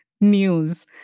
news